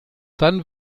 dann